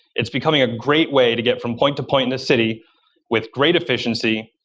it's becoming a great way to get from point to point in the city with great efficiency.